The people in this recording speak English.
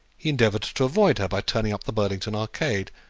endeavoured to avoid her by turning up the burlington arcade,